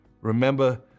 remember